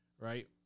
right